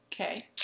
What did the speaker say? Okay